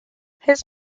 his